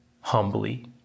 humbly